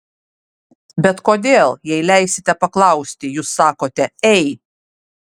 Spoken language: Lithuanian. bet kodėl jei leisite paklausti jūs sakote ei